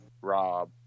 Rob